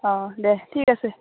অঁ দে ঠিক আছে